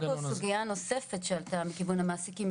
אני אעלה פה סוגייה נוספת שעלתה מכיוון המעסיקים.